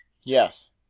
Yes